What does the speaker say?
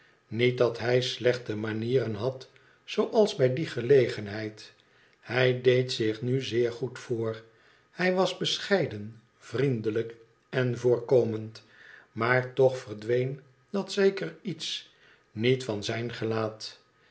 niet dat hij slechte manieren had zooals bij die gelegenheid hij deed zich nu zeer goed voor hij was bescheiden vriendelijk en voorkomend maar toch verdween dat zeker iets niet van zijn gelaat